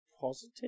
positive